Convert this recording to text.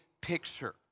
picture